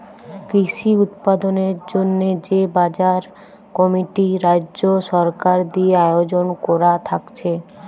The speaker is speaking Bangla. কৃষি উৎপাদনের জন্যে যে বাজার কমিটি রাজ্য সরকার দিয়ে আয়জন কোরা থাকছে